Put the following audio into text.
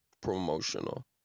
promotional